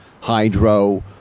hydro